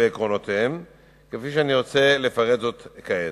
ועקרונותיהם, כפי שאני רוצה לפרט כעת: